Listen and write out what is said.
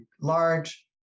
large